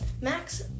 Max